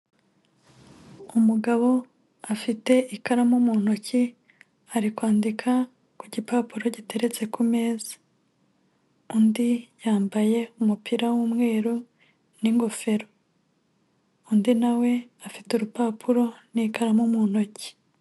Umugabo afite ikaramu mu ntoki ari kwandika ku gipapuro giteretse ku meza, undi yambaye umupira w'umweru n'ingofero, undi nawe afite urupapuro n'ikaramu mu ntoki.